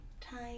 time